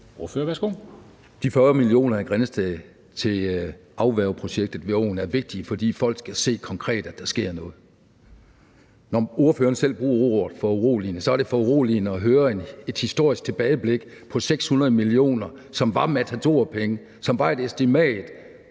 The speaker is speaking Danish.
De 40 mio. kr. til afværgeprojektet ved åen i Grindsted er vigtige, fordi folk konkret kan se, at der sker noget. Når ordføreren selv bruger ordet foruroligende, er det foruroligende at høre et historisk tilbageblik på 600 mio. kr., som var matadorpenge, og som var et estimat,